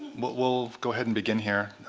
but we'll go ahead and begin here,